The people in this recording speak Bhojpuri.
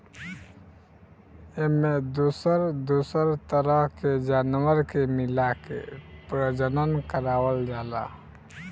एमें दोसर दोसर तरह के जानवर के मिलाके प्रजनन करवावल जाला